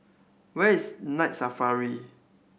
where is Night Safari